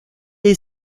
est